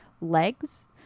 legs